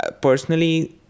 Personally